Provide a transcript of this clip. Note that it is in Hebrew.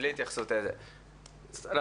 בלי התייחסות לא,